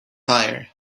fire